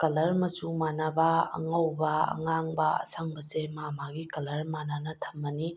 colour ꯃꯆꯨ ꯃꯥꯟꯅꯕ ꯑꯉꯧꯕ ꯑꯉꯥꯡꯕ ꯑꯁꯪꯕꯁꯦ ꯃꯥ ꯃꯥꯒꯤ ꯀꯂꯔ ꯃꯥꯟꯅꯅ ꯊꯝꯃꯅꯤ